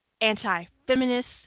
anti-feminist